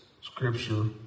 scripture